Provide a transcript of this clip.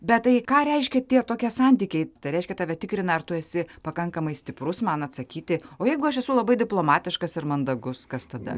bet tai ką reiškia tie tokie santykiai reiškia tave tikrina ar tu esi pakankamai stiprus man atsakyti o jeigu aš esu labai diplomatiškas ir mandagus kas tada